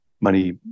money